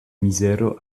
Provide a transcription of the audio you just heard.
mizero